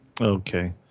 Okay